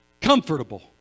comfortable